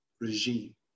regime